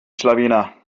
schlawiner